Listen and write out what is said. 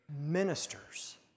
ministers